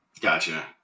Gotcha